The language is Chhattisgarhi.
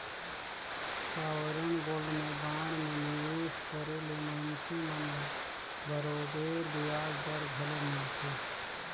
सॉवरेन गोल्ड में बांड में निवेस करे ले मइनसे मन ल बरोबेर बियाज दर घलो मिलथे